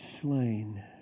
Slain